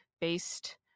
based